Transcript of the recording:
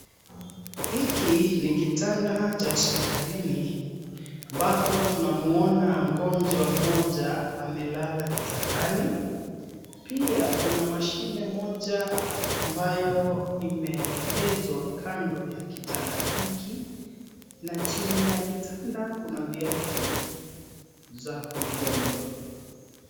Hiki ni kitanda cha hosipitalini ambapo tunamwona mgonjwa mmoja amelala kitandani, pia kuna mashine moja ambayo imeegezwa kando yakitanda hiki na chini ya kitanda kuna viatu za mgonjwa.